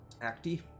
Acti